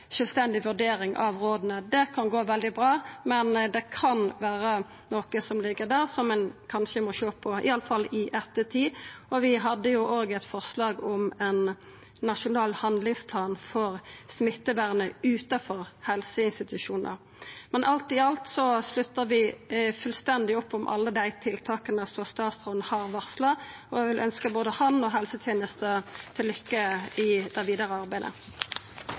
sjølvstendig vurdering av råda. Det kan gå veldig bra, men det kan vera noko som ligg der som ein kanskje må sjå på, i alle fall i ettertid. Vi hadde òg eit forslag om ein nasjonal handlingsplan for smittevernet utanfor helseinstitusjonar. Men alt i alt sluttar vi fullstendig opp om alle dei tiltaka som statsråden har varsla, og eg vil ønskja både han og helsetenesta lukke til i det vidare arbeidet.